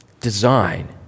Design